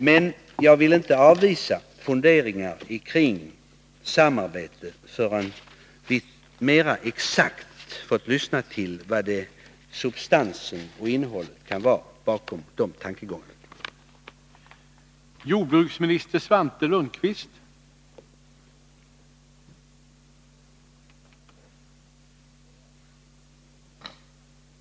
Men jag vill inte avvisa funderingar omkring samarbetet förrän vi mera exakt får veta vad substansen och innehållet bakom tankegångarna kan vara.